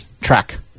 track